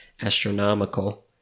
astronomical